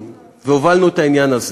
והובלנו את העניין הזה.